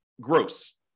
gross